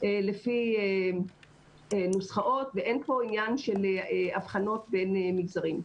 לפי נוסחאות ואין פה עניין של הבחנות בין מגזרים.